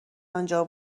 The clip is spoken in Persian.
آنجا